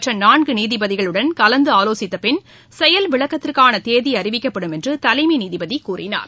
மற்ற நான்கு நீதிபதிகளுடன் கலந்தாலோசித்தபின் செயல் விளக்கத்திற்கான தேதி அறிவிக்கப்படும் என்று தலைமை நீதிபதி கூறினார்